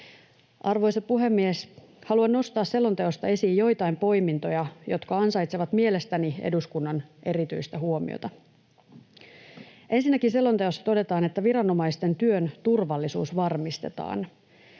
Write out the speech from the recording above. Arvoisa puhemies! Haluan nostaa selonteosta esiin joitain poimintoja, jotka ansaitsevat mielestäni eduskunnan erityistä huomiota. Ensinnäkin selonteossa todetaan, että viranomaisten työn turvallisuus varmistetaan.